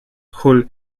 hull